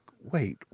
wait